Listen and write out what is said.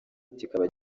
kikaba